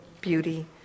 beauty